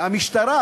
המשטרה,